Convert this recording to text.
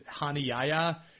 Hanayaya